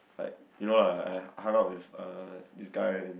like you know ah I hung out with uh this guy and